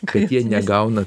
kad jie negauna